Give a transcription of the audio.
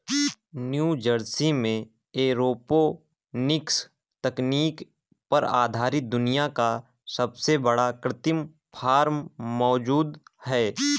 New Jersey में aeroponics तकनीक पर आधारित दुनिया का सबसे बड़ा कृत्रिम फार्म मौजूद है